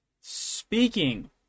Speaking